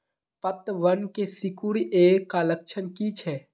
पतबन के सिकुड़ ऐ का लक्षण कीछै?